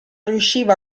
riusciva